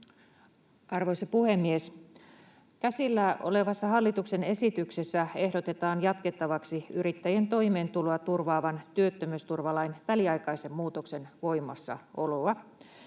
Arvoisa puhemies! Käsillä olevassa hallituksen esityksessä ehdotetaan jatkettavaksi yrittäjien toimeentuloa turvaavan työttömyysturvalain väliaikaisen muutoksen voimassaoloa.